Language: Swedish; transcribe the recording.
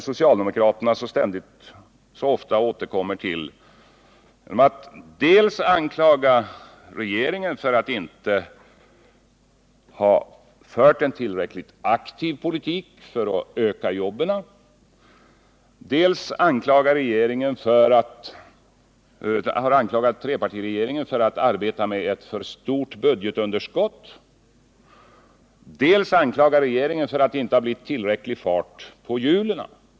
Socialdemokraterna har ständigt anklagat trepartiregeringen dels för att inte ha fört en tillräckligt aktiv politik för att öka antalet arbeten, dels för att arbeta med ett för stort budgetunderskott, dels för att det inte blivit tillräcklig fart på hjulen.